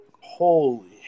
Holy